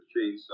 chainsaw